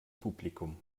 publikum